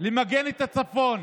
למגן את הצפון,